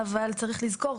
אבל צריך לזכור,